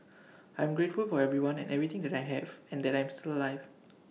I am grateful for everyone and everything that I have and that I am still alive